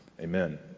Amen